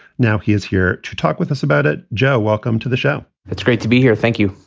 now he is here to talk with us about it. joe, welcome to the show. it's great to be here. thank you.